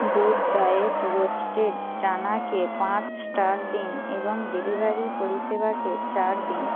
good diet roasted চানাকে পাঁচ star দিন এবং ডেলিভারি পরিষেবাকে চার দিন